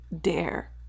dare